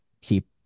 keep